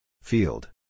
Field